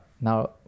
now